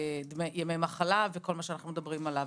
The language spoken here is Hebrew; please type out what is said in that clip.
ימי מחלה וכל מה שאנחנו מדברים עליו.